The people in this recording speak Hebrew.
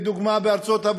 כמו לדוגמה בארצות-הברית,